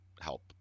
help